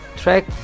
track